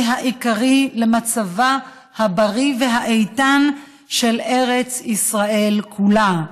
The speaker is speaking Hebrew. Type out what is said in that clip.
העיקרי למצבה הבריא והאיתן של ארץ ישראל כולה.